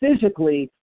physically